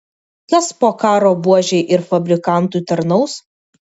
kas po karo buožei ir fabrikantui tarnaus